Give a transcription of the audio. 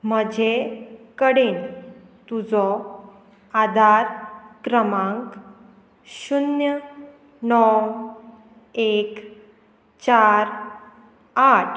म्हजे कडेन तुजो आधार क्रमांक शुन्य णव एक चार आठ